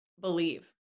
believe